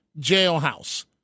jailhouse